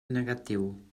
negatiu